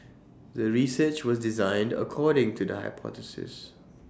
the research was designed according to the hypothesis